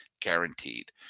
guaranteed